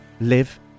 live